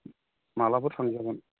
माब्लाफोर थांजागोन